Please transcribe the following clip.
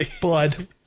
Blood